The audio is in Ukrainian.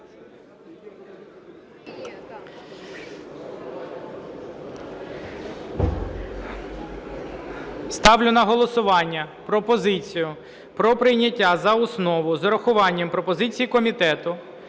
Ставлю на голосування пропозицію про прийняття за основу з врахуванням пропозицій комітету